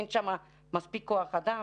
אין שם מספיק כוח-אדם.